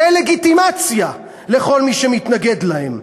דה-לגיטימציה לכל מי שמתנגד להם: